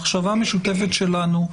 מחשבה משותפת שלנו,